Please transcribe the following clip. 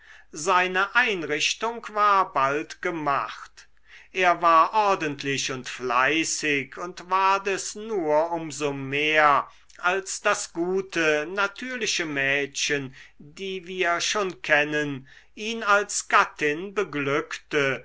seine einrichtung war bald gemacht er war ordentlich und fleißig und ward es nur um so mehr als das gute natürliche mädchen die wir schon kennen ihn als gattin beglückte